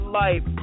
life